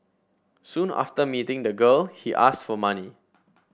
soon after meeting the girl he asked for money